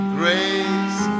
grace